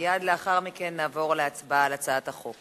מייד לאחר מכן נעבור להצבעה על הצעת החוק